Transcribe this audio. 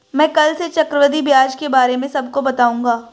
मैं कल से चक्रवृद्धि ब्याज के बारे में सबको बताऊंगा